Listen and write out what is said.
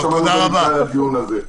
לסיום,